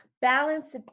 balance